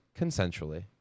consensually